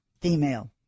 female